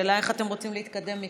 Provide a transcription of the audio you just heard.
השאלה איך אתם רוצים להתקדם מכאן.